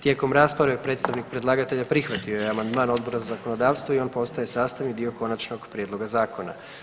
Tijekom rasprave predstavnik predlagatelja prihvatio je amandman Odbor za zakonodavstvo i on postaje sastavni dio konačnog prijedloga zakona.